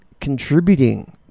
contributing